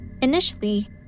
Initially